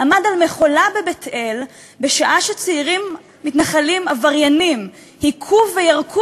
עמד על מכולה בבית-אל בשעה שצעירים מתנחלים עבריינים הכו וירקו